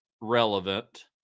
relevant